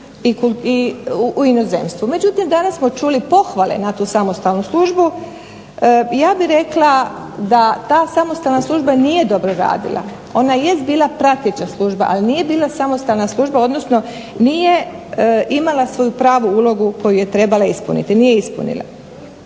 u inozemstvu. Međutim, danas smo čuli pohvale na tu samostalnu službu. I ja bih rekla da ta samostalna služba nije dobro radila. Ona jest bila prateća služba ali nije bila samostalna služba odnosno nije imala svoju pravu ulogu koju je trebala ispuniti, nije ispunila.